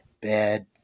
bad